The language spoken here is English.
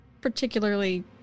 particularly